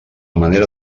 manera